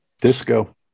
disco